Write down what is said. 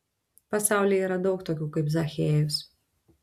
pasaulyje yra daug tokių kaip zachiejus